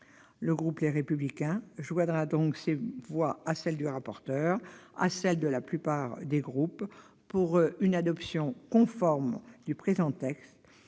Le groupe Les Républicains joindra donc ces voix à celle du rapporteur et à celles de la plupart des groupes en faveur d'une adoption conforme du présent texte,